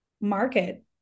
market